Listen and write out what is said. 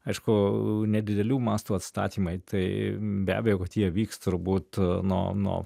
aišku nedidelių mastų atstatymai tai be abejo kad jie vyks turbūt nuo nuo